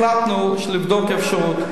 החלטנו לבדוק אפשרות.